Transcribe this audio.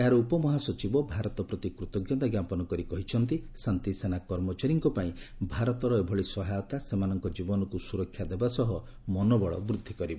ଏହାର ଉପମହାସଚିବ ଭାରତ ପ୍ରତି କୃତଜ୍ଞତା ଜ୍ଞାପନ କରି କହିଛନ୍ତି ଶାନ୍ତିସେନା କର୍ମଚାରୀଙ୍କ ପାଇଁ ଭାରତର ଏଭଳି ସହାୟତା ସେମାନଙ୍କ ଜୀବନକୁ ସୁରକ୍ଷା ଦେବା ସହ ମନୋବଳ ବୃଦ୍ଧି କରିବ